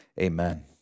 amen